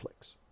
Netflix